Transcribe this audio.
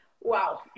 Wow